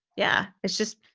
yeah. it's just,